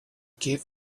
give